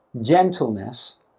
gentleness